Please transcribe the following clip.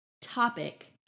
topic